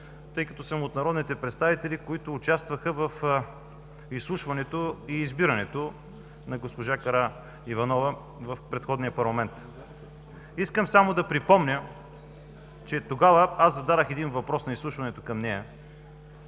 тъй като съм от народните представители, които участваха в изслушването и избирането на госпожа Караиванова в предходния парламент. Искам само да припомня, че на изслушването зададох един въпрос към нея